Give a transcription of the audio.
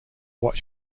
what